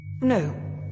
No